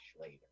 later